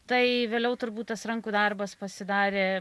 tai vėliau turbūt tas rankų darbas pasidarė